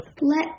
Let